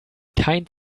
kein